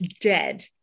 dead